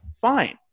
Fine